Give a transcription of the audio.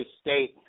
State